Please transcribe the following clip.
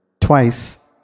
twice